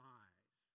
eyes